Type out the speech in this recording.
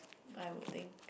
I would think